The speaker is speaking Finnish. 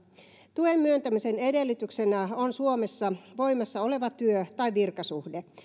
tuen myöntämisen edellytyksenä on suomessa voimassa oleva työ tai virkasuhde